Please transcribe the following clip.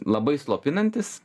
labai slopinantis